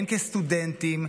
הן כסטודנטים,